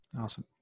Awesome